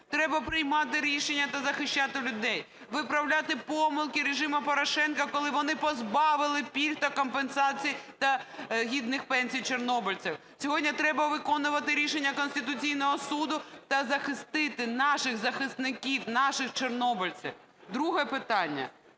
треба приймати рішення та захищати людей, виправляти помилки режиму Порошенка, коли вони позбавили пільг та компенсацій, та гідних пенсій чорнобильців. Сьогодні треба виконувати рішення Конституційного Суду та захистити наших захисників, наших чорнобильців. Друге питання